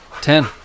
Ten